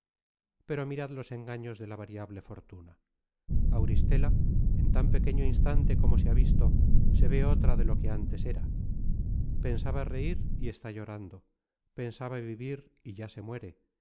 pero mirad los engaños de la variable fortuna auristela en tan pequeño instante como se ha visto se ve otra de lo que antes era pensaba reir y está llorando pensaba vivir y ya se muere